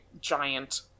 giant